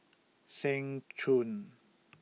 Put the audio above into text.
Seng Choon